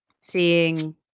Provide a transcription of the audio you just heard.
seeing